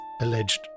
alleged